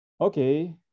Okay